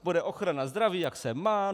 Bude ochrana zdraví, jak se má.